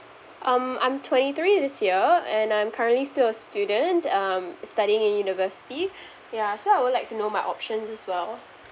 um I'm twenty three this year and I'm currently still a student um studying in university ya so I will like to know my options as well